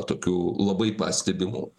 tokiu labai pastebimu